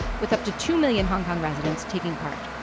with up to two million hong kong residents taking part.